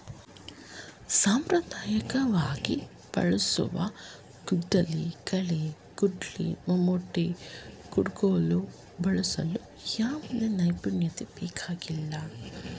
ಸಾಂಪ್ರದಾಯಿಕವಾಗಿ ಬಳಸುವ ಗುದ್ದಲಿ, ಕಳೆ ಕುಡ್ಲು, ಮಾವುಟಿ, ಕುಡುಗೋಲು ಬಳಸಲು ಯಾವುದೇ ನೈಪುಣ್ಯತೆ ಬೇಕಿಲ್ಲ